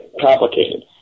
complicated